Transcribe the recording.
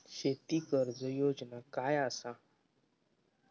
शेती कर्ज योजना काय असा?